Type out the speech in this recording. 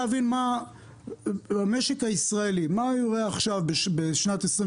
אני מנסה להבין: מה המשק הישראלי יראה ממנו בשנת 2023?